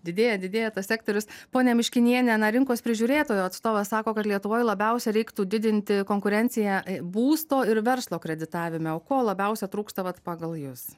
didėja didėja tas sektorius ponia miškiniene na rinkos prižiūrėtojo atstovas sako kad lietuvoj labiausia reiktų didinti konkurenciją būsto ir verslo kreditavime o ko labiausia trūksta vat pagal jus